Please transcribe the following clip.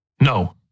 No